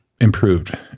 improved